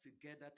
together